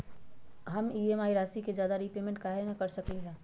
हम ई.एम.आई राशि से ज्यादा रीपेमेंट कहे न कर सकलि ह?